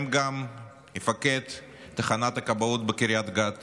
ובהם גם מפקד תחנת הכבאות בקריית גת